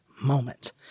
moment